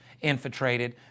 infiltrated